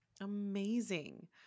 Amazing